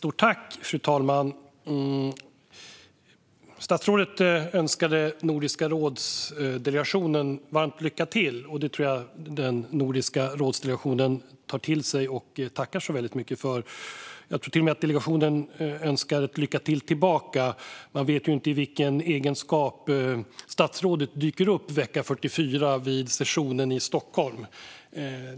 Fru talman! Statsrådet önskade delegationen till Nordiska rådet varmt lycka till, och det tror jag att den tar till sig och tackar så väldigt mycket för. Jag tror till och med att delegationen önskar lycka till tillbaka. Man vet ju inte i vilken egenskap statsrådet dyker upp i vecka 44 vid sessionen i Stockholm.